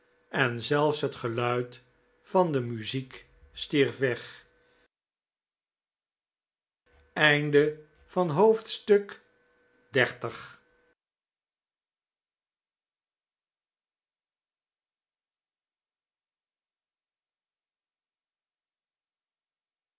en zelfs het geluid van de muziek stierf weg